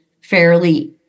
fairly